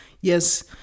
yes